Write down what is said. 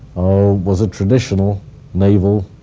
was a traditional naval